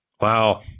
Wow